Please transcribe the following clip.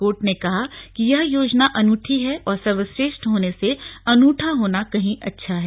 court ने कहा कि यह योजना अनूठी है और सर्वश्रेष्ठ होने से अनूठा होना कहीं अच्छा है